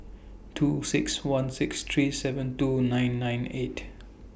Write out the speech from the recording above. two six one six three seven two nine nine eight